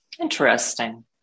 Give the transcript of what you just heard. Interesting